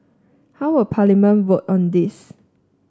how will Parliament vote on this